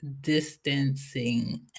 distancing